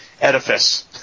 edifice